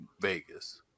Vegas